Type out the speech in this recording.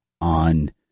on